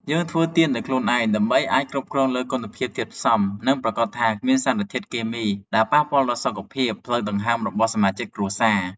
យើងធ្វើទៀនដោយខ្លួនឯងដើម្បីអាចគ្រប់គ្រងលើគុណភាពធាតុផ្សំ និងប្រាកដថាគ្មានសារធាតុគីមីដែលប៉ះពាល់ដល់សុខភាពផ្លូវដង្ហើមរបស់សមាជិកគ្រួសារ។